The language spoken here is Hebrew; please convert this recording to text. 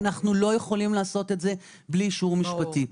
אנחנו לא יכולים לעשות את זה בלי אישור משפטי.